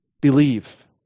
Believe